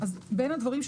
לדעת השר,